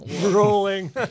Rolling